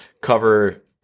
cover